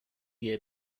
year